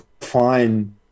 fine